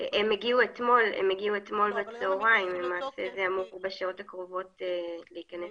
-- הם הגיעו אתמול בצהרים והם אמורות בשעות הקרובות להיכנס